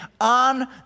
on